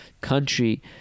country